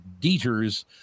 Dieters